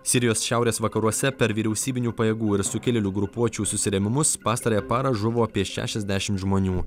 sirijos šiaurės vakaruose per vyriausybinių pajėgų ir sukilėlių grupuočių susirėmimus pastarąją parą žuvo apie šešiasdešimt žmonių